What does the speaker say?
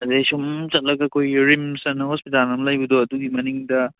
ꯑꯗꯒꯤ ꯁꯨꯝ ꯆꯠꯂꯒ ꯑꯩꯈꯣꯏ ꯔꯤꯝꯁ ꯑꯅꯥ ꯍꯣꯁꯄꯤꯇꯥꯜ ꯑꯃ ꯂꯩꯕꯗꯣ ꯑꯗꯨꯒꯤ ꯃꯅꯤꯡꯗ